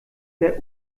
der